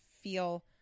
feel